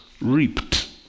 reaped